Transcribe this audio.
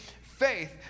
faith